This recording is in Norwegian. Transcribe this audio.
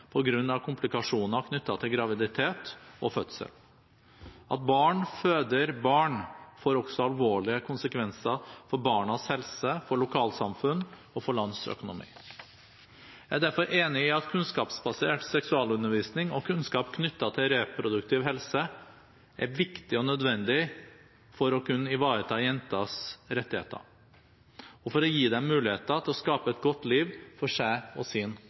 av komplikasjoner knyttet til graviditet og fødsel. At barn føder barn, får også alvorlige konsekvenser for barnas helse, for lokalsamfunn og for lands økonomi. Jeg er derfor enig i at kunnskapsbasert seksualundervisning og kunnskap knyttet til reproduktiv helse er viktig og nødvendig for å kunne ivareta jenters rettigheter og for å gi dem muligheter til å skape et godt liv for seg og sin